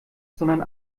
sondern